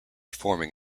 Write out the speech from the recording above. forming